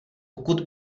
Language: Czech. pokud